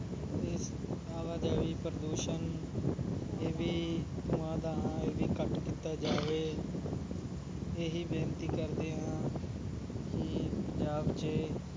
ਇਸ ਆਵਾ ਜਾਵੀ ਪ੍ਰਦੂਸ਼ਣ ਇਹ ਵੀ ਧੁਮਾਂ ਦਾ ਹਾਂ ਇਹ ਵੀ ਘੱਟ ਕੀਤਾ ਜਾਵੇ ਇਹ ਹੀ ਬੇਨਤੀ ਕਰਦੇ ਹਾਂ ਕਿ ਪੰਜਾਬ 'ਚ